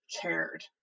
cared